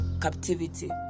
captivity